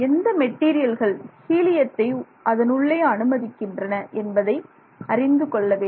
எந்த மெட்டீரியல்கள் ஹீலியத்தை அதனுள்ளே அனுமதிக்கின்றன என்பதை அறிந்து கொள்ள வேண்டும்